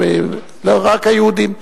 לא רק היהודים,